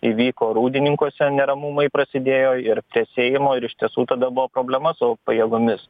įvyko rūdininkuose neramumai prasidėjo ir prie seimo ir iš tiesų tada buvo problema su pajėgomis